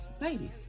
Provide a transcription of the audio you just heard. ladies